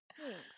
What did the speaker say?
Thanks